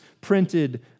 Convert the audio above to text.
printed